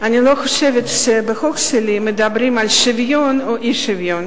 אני לא חושבת שבחוק שלי מדברים על שוויון או אי-שוויון.